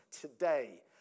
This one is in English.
today